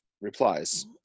replies